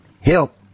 Help